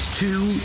two